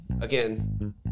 Again